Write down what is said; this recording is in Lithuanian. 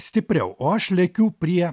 stipriau o aš lekiu prie